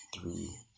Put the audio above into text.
three